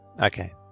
Okay